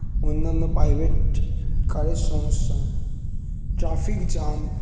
অন্যান্য প্রাইভেট কারের সমস্যা ট্রাফিক জ্যাম